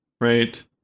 Right